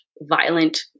violent